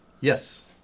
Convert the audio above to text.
Yes